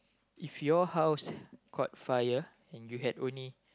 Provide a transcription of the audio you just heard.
if your house caught fire and you had only